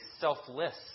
selfless